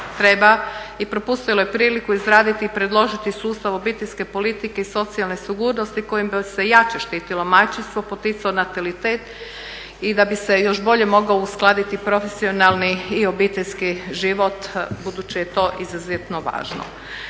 i propustilo je priliku izraditi i predložiti sustav obiteljske politike i socijalne sigurnosti kojim bi se jače štitilo majčinstvo, poticao natalitet i da bi se još bolje mogao uskladiti profesionalni i obiteljski život budući je to izuzetno važno.